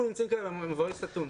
אנחנו נמצאים כאן במבוי סתום.